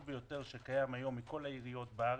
ביותר שקיים היום מכל העיריות בארץ.